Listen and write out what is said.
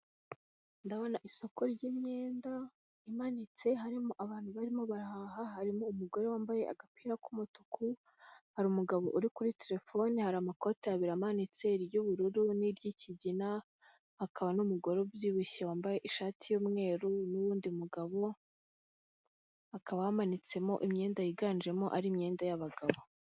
Ndabona isoko ry'imyenda imanitse, harimo abantu barimo barahaha, harimo umugore wambaye agapira k'umutuku, hari umugabo uri kuri telefone, hari amakoti abiri amanitse iry'ubururu n'iry'ikigina, hakaba n'umugore ubyibushye wambaye ishati y'umweru n'undi mugabo, hakaba hamanitsemo imyenda yiganjemo ari imyenda y'abagabo.